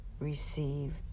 receive